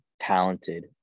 talented